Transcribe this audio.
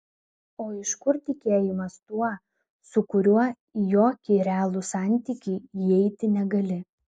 o iš kur tikėjimas tuo su kuriuo į jokį realų santykį įeiti negali